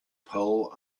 poll